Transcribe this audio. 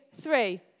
three